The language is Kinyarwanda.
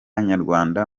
nyarwanda